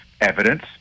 evidence